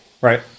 Right